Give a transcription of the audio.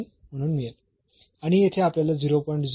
0401 म्हणून मिळेल आणि येथे आपल्याला 0